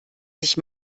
sich